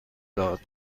داد